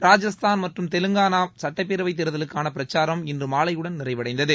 ராஜஸ்தான் மற்றும் தெலுங்கானா சட்டப்பேரவைத்தேர்தலுக்கான பிரச்சாரம் இன்று மாலையுடன் நிறைவடைந்தது